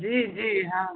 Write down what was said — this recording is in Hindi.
जी जी हाँ